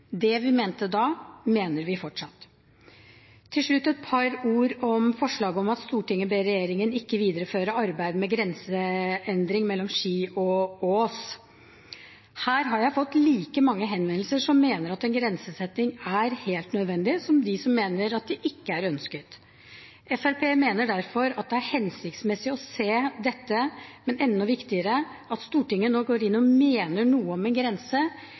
Det vi mente da, mener vi fortsatt. Til slutt et par ord om forslaget om at «Stortinget ber regjeringen ikke videreføre arbeid med grenseendring mellom Ski og Ås». Her har jeg fått like mange henvendelser fra dem som mener at en grenseendring er helt nødvendig, som dem som mener at det ikke er ønsket. Fremskrittspartiet mener derfor at det er hensiktsmessig å se dette, men enda viktigere: At Stortinget nå går inn og mener noe om en grense,